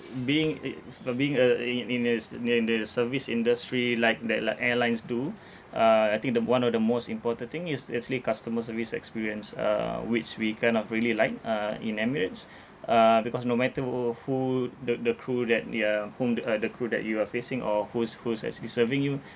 being it f~ being a i~ i~ in this the the the service industry like that like airlines do uh I think the one of the most important thing is actually customer service experience uh which we kind of really like uh in Emirates uh because no matter wo~ who the the crew that you're whom the uh the crew that you are facing or who's who's actually serving you